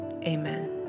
Amen